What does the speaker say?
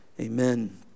Amen